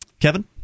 Kevin